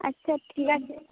আচ্ছা ঠিক আছে